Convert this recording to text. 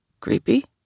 Creepy